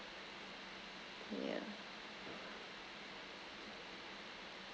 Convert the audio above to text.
yeah